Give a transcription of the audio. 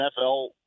NFL